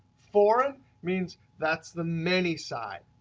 foreign means that's the many side.